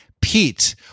Pete